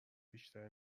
بیشتری